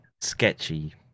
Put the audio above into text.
sketchy